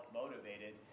motivated